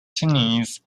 tunis